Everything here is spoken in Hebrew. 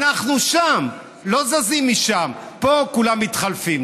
אנחנו שם, לא זזים משם, פה כולם מתחלפים.